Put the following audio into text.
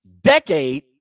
decade